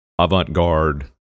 avant-garde